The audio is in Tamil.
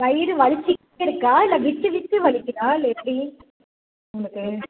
வயிறு வலிச்சுக்கிட்டே இருக்கா இல்லை விட்டு விட்டு வலிக்கிதா இல்லை எப்படி உங்களுக்கு